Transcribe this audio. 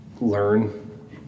learn